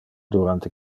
durante